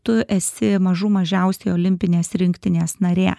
tu esi mažų mažiausiai olimpinės rinktinės narė